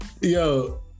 Yo